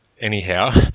anyhow